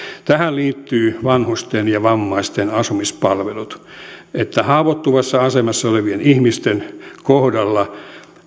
tähän liittyy vanhusten ja vammaisten asumispalvelut haavoittuvassa asemassa olevien ihmisten kohdalla